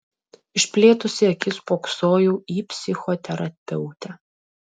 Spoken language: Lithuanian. išplėtusi akis spoksojau į psichoterapeutę